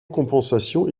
compensation